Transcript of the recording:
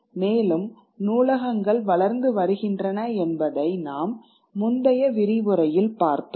மேலும் நூலகங்கள் வளர்ந்து வருகின்றன என்பதை நாம் முந்தைய விரிவுரையில் பார்த்தோம்